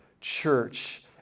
church